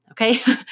okay